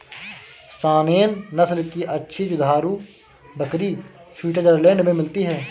Saanen नस्ल की अच्छी दुधारू बकरी स्विट्जरलैंड में मिलती है